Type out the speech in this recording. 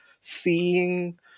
seeing